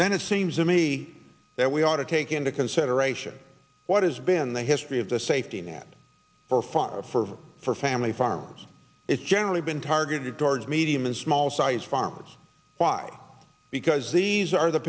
then it seems to me that we ought to take into consideration what has been the history of the safety net for funds for for family farms it's generally been targeted towards medium and small size farmers by because these are the